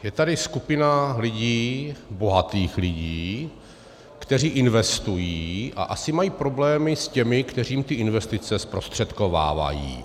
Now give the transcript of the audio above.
Je tady skupina lidí, bohatých lidí, kteří investují a asi mají problémy s těmi, kteří jim ty investice zprostředkovávají.